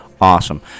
Awesome